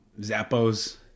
Zappos